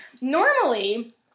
normally